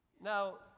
Now